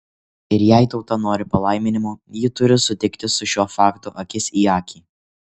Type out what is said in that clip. ir jei tauta nori palaiminimo ji turi susitikti su šiuo faktu akis į akį